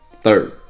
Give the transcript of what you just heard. third